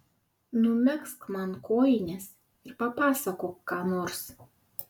numegzk man kojines ir papasakok ką nors